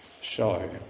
show